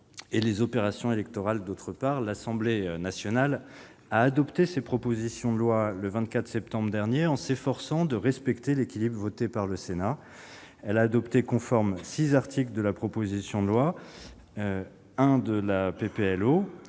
et les opérations électorales, d'autre part. L'Assemblée nationale a adopté ces propositions de loi le 24 septembre dernier. S'efforçant de respecter l'équilibre trouvé par le Sénat, elle a voté conformes six articles de la proposition de loi et un article